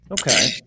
Okay